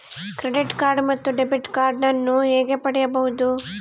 Credit card ಮತ್ತು debit card ನಾನು ಹೇಗೆ ಪಡೆಯಬಹುದು?